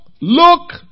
look